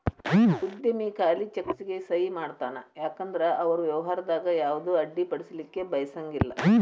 ಉದ್ಯಮಿ ಖಾಲಿ ಚೆಕ್ಗೆ ಸಹಿ ಮಾಡತಾನ ಯಾಕಂದ್ರ ಅವರು ವ್ಯವಹಾರದಾಗ ಯಾವುದ ಅಡ್ಡಿಪಡಿಸಲಿಕ್ಕೆ ಬಯಸಂಗಿಲ್ಲಾ